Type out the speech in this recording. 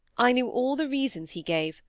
i knew all the reasons he gave,